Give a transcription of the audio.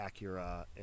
Acura